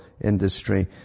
industry